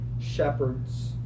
shepherds